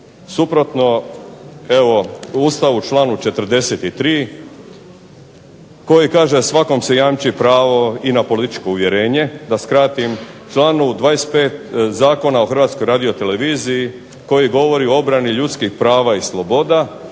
suprotno u članu 43. koji kaže svakom se jamči pravo i na političko uvjerenje, da skratim, članku 25. Zakona o HRTV-u koji govori o obrani ljudskih prava i sloboda